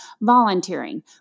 volunteering